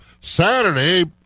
Saturday